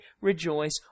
rejoice